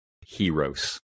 heroes